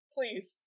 please